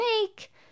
make